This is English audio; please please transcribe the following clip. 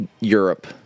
Europe